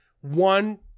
one